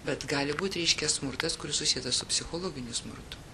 bet gali būti reiškia smurtas kuris susietas su psichologiniu smurtu